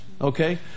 Okay